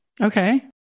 Okay